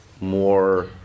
more